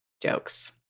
jokes